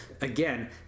Again